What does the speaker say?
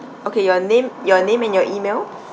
okay your name your name and your email